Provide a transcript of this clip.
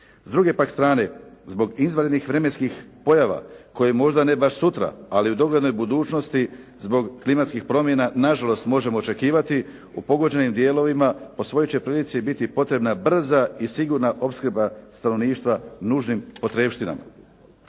S druge pak strane zbog izvanrednih vremenskih pojava koje možda ne baš sutra, ali u doglednoj budućnosti zbog klimatskih promjena, nažalost možemo očekivati u pogođenim dijelovima, po svojoj će prilici biti potrebna brza i sigurna opskrba stanovništva nužnim potrepštinama.